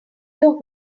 your